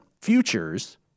futures